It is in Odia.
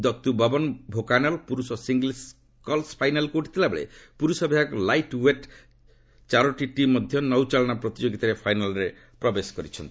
ଦତୁ ବବନ ଭୋକାନଲ୍ ପୁରୁଷ ସିଙ୍ଗଲ୍ସ ସ୍କଲ୍ସ୍ ଫାଇନାଲ୍କୁ ଉଠିଥିବା ବେଳେ ପୁରୁଷ ବିଭାଗ ଲାଇଟ୍ ୱେଟ୍ର ଚାରୋଟି ଟିମ୍ ମଧ୍ୟ ନୌଚାଳନା ପ୍ରତିଯୋଗିତାରେ ଫାଇନାଲ୍ରେ ପ୍ରବେଶ କରିଛନ୍ତି